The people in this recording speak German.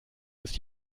ist